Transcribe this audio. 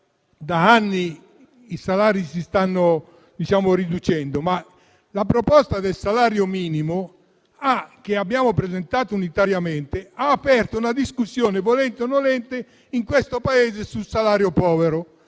da anni i salari si stanno riducendo, però la proposta del salario minimo, che abbiamo presentato unitariamente, ha aperto una discussione in questo Paese, volenti o nolenti, sul salario povero,